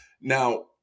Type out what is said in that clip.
now